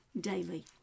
daily